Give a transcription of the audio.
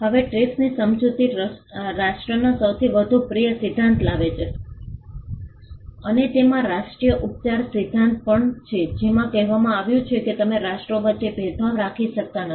હવે ટ્રીપ્સની સમજૂતી રાષ્ટ્રના સૌથી વધુ પ્રિય સિદ્ધાંત લાવે છે અને તેમાં રાષ્ટ્રીય ઉપચાર સિદ્ધાંત પણ છે જેમાં કહેવામાં આવ્યું છે કે તમે રાષ્ટ્રો વચ્ચે ભેદભાવ રાખી શકતા નથી